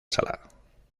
sala